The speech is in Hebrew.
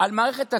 על מערכת הצדק,